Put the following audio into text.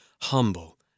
humble